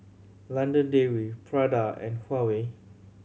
London Dairy Prada and Huawei